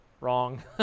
Wrong